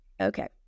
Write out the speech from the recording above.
Okay